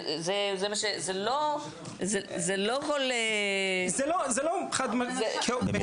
זה לא כל --- זה לא חד משמעי פה.